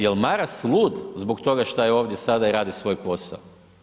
Jel Maras lud zbog toga šta je ovdje sada i radi svoj posao?